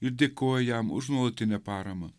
ir dėkoja jam už nuolatinę paramą